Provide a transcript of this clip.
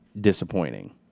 disappointing